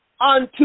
unto